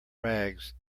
rags